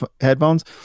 headphones